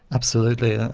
absolutely,